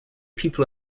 people